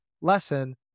lesson